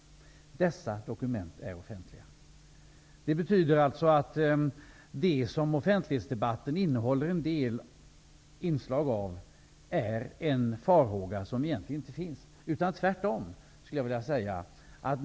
Dessa dokument är offentliga. Det betyder alltså att det som offentlighetsdebatten innehåller inslag av är en farhåga som egentligen inte finns. Tvärtom, skulle jag vilja säga.